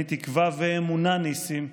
אני תקווה ואמונה, ניסים,